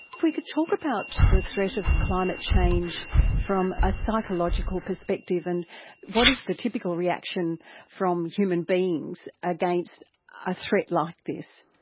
if we could talk about the threat of climate change from a psychological perspective and what is the typical reaction from human beings against a threat like this?